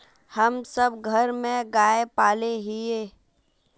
हम सब घर में गाय पाले हिये?